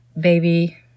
baby